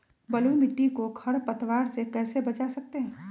बलुई मिट्टी को खर पतवार से कैसे बच्चा सकते हैँ?